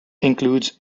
includes